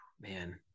Man